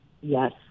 Yes